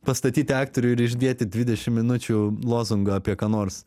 pastatyti aktorių ir išdėti dvidešimt minučių lozungą apie ką nors